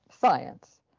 science